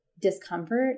discomfort